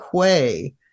Quay